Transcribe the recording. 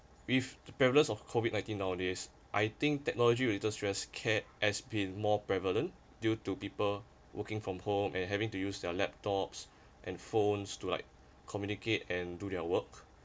with the prevalence of COVID nineteen nowadays I think technology related stress ca~ has been more prevalent due to people working from home and having to use their laptops and phones to like communicate and do their work